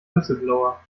whistleblower